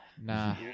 nah